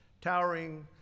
towering